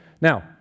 Now